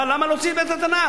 אבל למה להוציא את בית-התנ"ך?